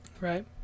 Right